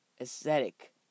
Aesthetic